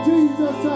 Jesus